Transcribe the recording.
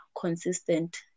consistent